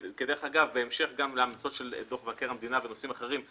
גם בהמשך להמלצות של דוח מבקר המדינה בנושאים אחרים,